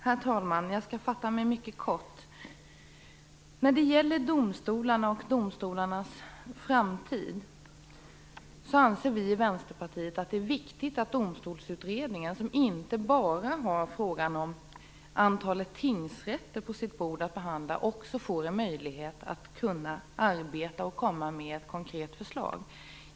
Herr talman! Jag skall fatta mig mycket kort. När det gäller domstolarna och domstolarnas framtid anser vi i Vänsterpartiet att Domstolskommittén, som inte bara har frågan om antalet tingsrätter på sitt bord att behandla, också får en möjlighet att kunna arbeta och komma med ett konkret förslag.